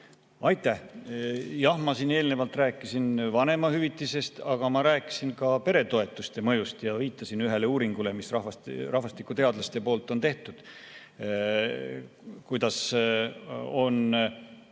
Aitäh! Jah, ma siin eelnevalt rääkisin vanemahüvitisest, aga ma rääkisin ka peretoetuste mõjust ja viitasin ühele uuringule, mis rahvastikuteadlased on teinud, kuidas on